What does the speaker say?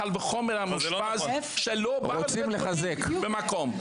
קל וחומר המאושפז שלא בא לבית חולים במקום.